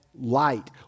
light